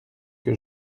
que